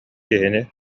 киһини